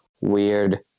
weird